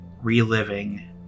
reliving